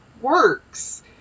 works